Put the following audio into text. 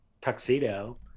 tuxedo